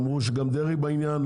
אמרו שגם דרעי בעניין,